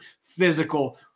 physical